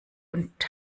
und